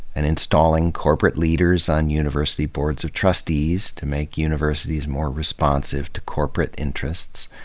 and installing corporate leaders on university boards of trustees to make universities more responsive to corporate interests.